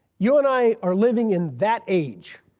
you and i are living in that age